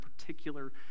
particular